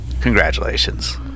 Congratulations